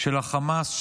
של החמאס,